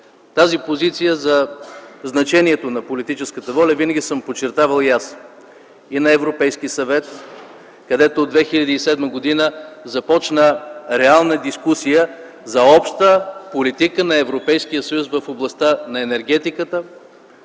тази позиция за значението на политическата воля и на Европейския съвет, където 2007 г. започна реална дискусия за обща политика на Европейския съюз в областта на енергетиката